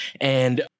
And-